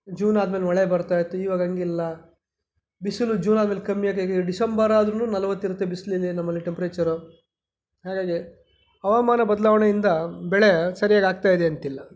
June ಆದ್ಮೇಲೆ ಮಳೆ ಬರ್ತಾಯಿತ್ತು ಈವಾಗ ಹಾಗಿಲ್ಲ ಬಿಸಿಲು ಜೂನ್ ಆದಮೇಲೆ ಕಮ್ಮಿಯಾಗಿ ಆಗಿ ಈವಾಗ ಡಿಸೆಂಬರ್ ಆದ್ರೂ ನಲ್ವತ್ತು ಇರುತ್ತೆ ಬಿಸಿಲಿಗೆ ನಮ್ಮಲ್ಲಿ ಟೆಂಪರೇಚರು ಹಾಗಾಗಿ ಹವಾಮಾನ ಬದಲಾವಣೆಯಿಂದ ಬೆಳೆ ಸರಿಯಾಗಿ ಆಗ್ತಾಯಿದ್ಯಂತಿಲ್ಲ